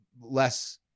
less